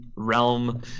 realm